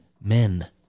men